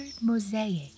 mosaic